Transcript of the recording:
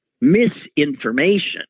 misinformation